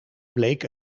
bleek